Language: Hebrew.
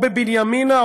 או בבנימינה,